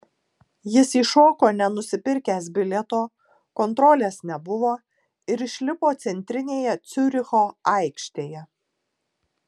jis įšoko nenusipirkęs bilieto kontrolės nebuvo ir išlipo centrinėje ciuricho aikštėje